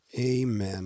Amen